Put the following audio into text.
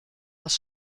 das